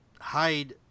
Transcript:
hide